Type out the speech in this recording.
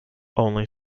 only